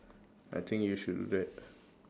I think you should do that